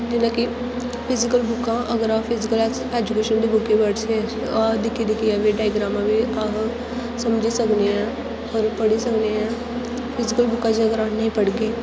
जेल्लै कि फिजीकल बुक्कां अगर अस फिजीकल ऐज ऐजुकेशन दी बुक्क गी पढ़चै दिक्खी दिक्खियै बी ड्राइग्रामां बी अस समझी सकने आं और पढ़ी सकने आं फिजीकल बुक्कां जेकर अस नेईं पढ़गे